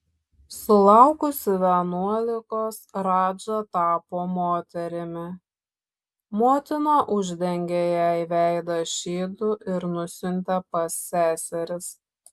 sulaukusi vienuolikos radža tapo moterimi motina uždengė jai veidą šydu ir nusiuntė pas seseris